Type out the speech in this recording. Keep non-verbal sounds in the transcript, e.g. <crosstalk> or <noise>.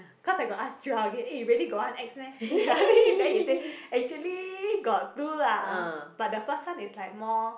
cause I got ask Joel again eh you really got one ex meh ya really <laughs> then he say actually got two lah but the first one is like more